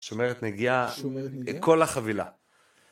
שומרת נגיעה. כל החבילה.